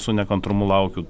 su nekantrumu laukiu